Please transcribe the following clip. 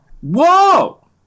Whoa